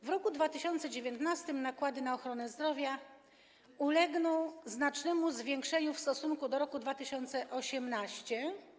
W roku 2019 nakłady na ochronę zdrowia ulegną znacznemu zwiększeniu w stosunku do nakładów w roku 2018.